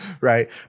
right